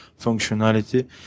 functionality